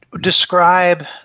describe